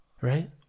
right